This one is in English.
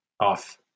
off